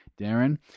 Darren